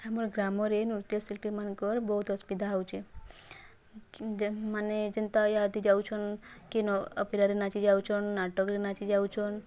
ଆମର୍ ଗ୍ରାମରେ ନୃତ୍ୟ ଶିଲ୍ପୀମାନଙ୍କର ବହୁତ୍ ଅସୁବିଧା ହେଉଛି ଯେନ୍ମାନେ ଯେନ୍ତା ଆଦି ଯାଉଛନ୍ କି ଅପେରାରେ ନାଚି ଯାଉଛନ୍ ନାଟକରେ ନାଚି ଯାଉଛନ୍